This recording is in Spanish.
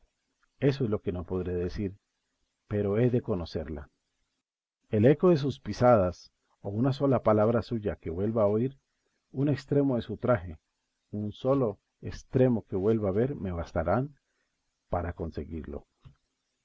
eso es lo que no podré decir pero he de conocerla el eco de sus pisadas o una sola palabra suya que vuelva a oír un extremo de su traje un solo extremo que vuelva a ver me bastarán para conseguirlo